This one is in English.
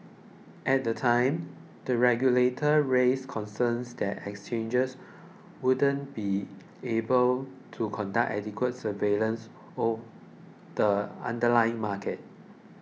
at the time the regulator raised concerns that exchanges wouldn't be able to conduct adequate surveillance of the underlying market